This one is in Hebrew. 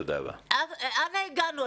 עד אנה הגענו?